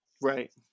right